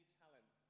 talent